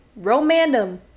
romandum